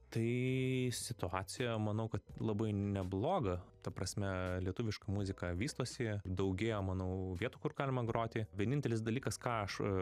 tai situacija manau kad labai nebloga ta prasme lietuviška muzika vystosi daugėja manau vietų kur galima groti vienintelis dalykas ką aš